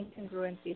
incongruencies